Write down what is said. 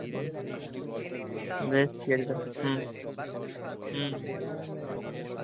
হুম বেশ ঠিক আছে তাহলে হুম হুম